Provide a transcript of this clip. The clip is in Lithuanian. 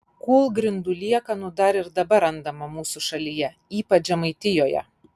kūlgrindų liekanų dar ir dabar randama mūsų šalyje ypač žemaitijoje